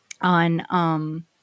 on